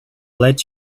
let